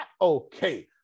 okay